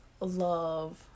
love